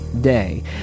Day